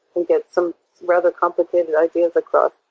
you get some rather complicated ideas across.